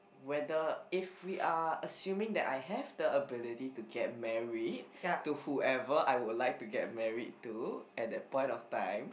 whether if we are assuming that I have the ability to get married to whoever I would like to get married to at that point of time